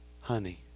honey